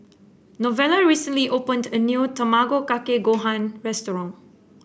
Novella recently opened a new Tamago Kake Gohan restaurant